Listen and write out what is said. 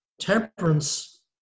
Temperance